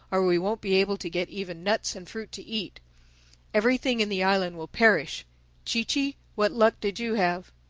or we won't be able to get even nuts and fruit to eat everything in the island will perish chee-chee, what luck did you have?